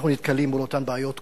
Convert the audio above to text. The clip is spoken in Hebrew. אנחנו נתקלים באותן בעיות כולנו,